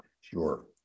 Sure